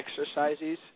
exercises